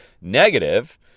negative